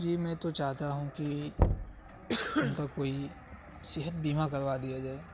جی میں تو چاہتا ہوں کہ ان کا کوئی صحت بیمہ کروا دیا جائے